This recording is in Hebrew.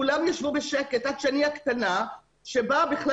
כולם ישבו בשקט עד שאני הקטנה - שבאה בכלל